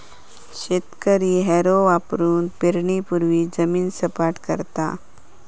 शेतकरी हॅरो वापरुन पेरणीपूर्वी जमीन सपाट करता